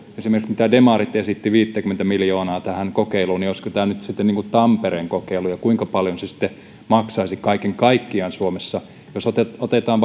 esimerkiksi demarit esittivät viittäkymmentä miljoonaa tähän kokeiluun nyt sitten tampereen kokeilu ja kuinka paljon se maksaisi kaiken kaikkiaan suomessa jos otetaan